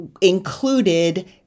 included